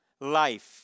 life